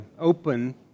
open